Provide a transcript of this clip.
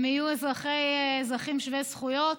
הם יהיו אזרחים שווי זכויות.